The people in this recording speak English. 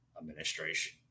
administration